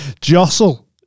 jostle